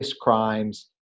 crimes